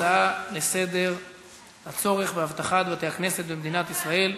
הצעה לסדר-היום: הצורך באבטחת בתי-הכנסת במדינת ישראל,